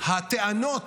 הטענות